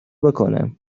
بکنم